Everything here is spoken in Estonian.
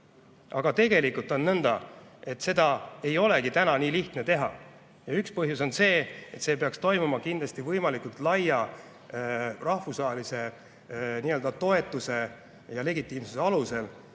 Aga tegelikult on nõnda, et seda ei ole nii lihtne teha. Ja üks põhjus on see, et see peaks kindlasti toimuma võimalikult laia rahvusvahelise toetuse ja legitiimsuse alusel,